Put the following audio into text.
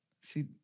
See